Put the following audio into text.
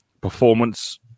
performance